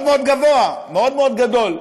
מאוד מאוד גבוה, מאוד מאוד גדול.